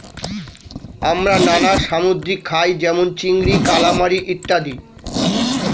আমরা নানা সামুদ্রিক খাই যেমন চিংড়ি, কালামারী ইত্যাদি